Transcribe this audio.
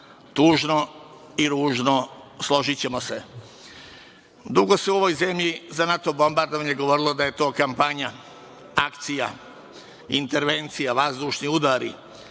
tužno i ružno, složićemo se. Dugo se u ovoj zemlji za NATO bombardovanje govorilo da je to kampanja, akcija, intervencija, vazdušni udari,